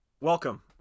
welcome